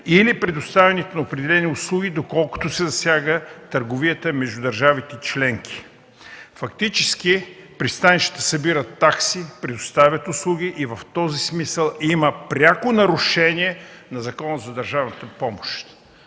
или предоставянето на определени услуги, доколкото се засяга търговията между държавите членки”. Фактически пристанищата събират такси, предоставят услуги и в този смисъл има пряко нарушение на Закона за държавните помощи.